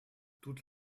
toute